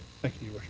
thank you,